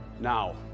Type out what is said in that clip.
Now